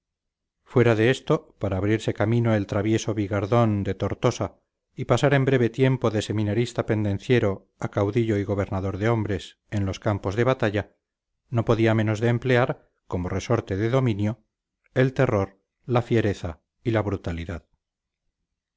fuera de esto para abrirse camino el travieso bigardón de tortosa y pasar en breve tiempo de seminarista pendenciero a caudillo y gobernador de hombres en los campos de batalla no podía menos de emplear como resorte de dominio el terror la fiereza y la brutalidad